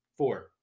Four